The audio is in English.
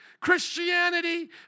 Christianity